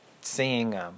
seeing